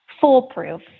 foolproof